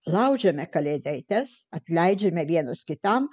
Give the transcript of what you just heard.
laužiame kalėdaites atleidžiame vienas kitam